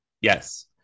Yes